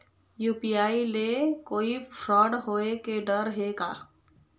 UPI ले कोई fraud होए के डर हे का?